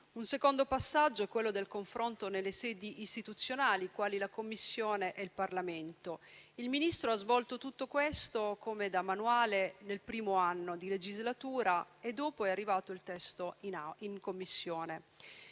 Un secondo passaggio è quello del confronto nelle sedi istituzionali, quali la Commissione e il Parlamento. Il Ministro ha svolto tutto questo, come da manuale, nel primo anno di legislatura e dopo è arrivato il testo in Commissione.